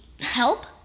help